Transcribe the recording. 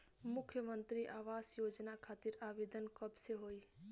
मुख्यमंत्री आवास योजना खातिर आवेदन कब से होई?